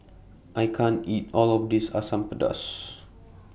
I can't eat All of This Asam Pedas